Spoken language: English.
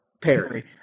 Perry